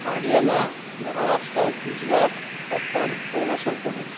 Haryana Maharashtra Gujarat Asom Arunachal Pradesh